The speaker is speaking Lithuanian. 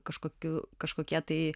kažkokių kažkokie tai